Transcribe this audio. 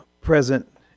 present